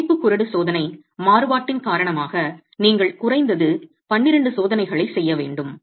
பிணைப்பு குறடு சோதனை மாறுபாட்டின் காரணமாக நீங்கள் குறைந்தது 12 சோதனைகளைச் செய்ய வேண்டும்